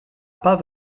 pas